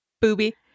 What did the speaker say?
booby